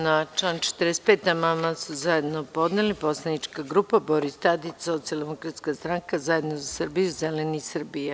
Na član 45. amandman su zajedno podneli poslanička grupa Boris Tadić – Socijaldemokratska stranka, Zajedno za Srbiju, Zeleni Srbije.